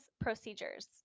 procedures